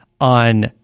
on